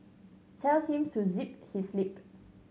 tell him to zip his lip